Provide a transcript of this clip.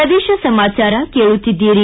ಪ್ರದೇಶ ಸಮಾಚಾರ ಕೇಳುತ್ತೀದ್ದಿರಿ